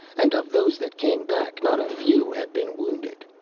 and of those that came back not a few had been wounded.